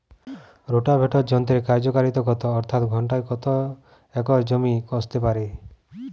Rotavator যন্ত্রের কার্যকারিতা কত অর্থাৎ ঘণ্টায় কত একর জমি কষতে পারে?